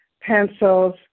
pencils